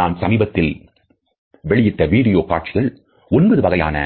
நான் சமீபத்தில் வெளியிட்ட வீடியோ காட்சிகள் ஒன்பது வகையான